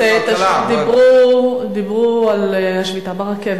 לא, חלק מחברי הכנסת דיברו על השביתה ברכבת.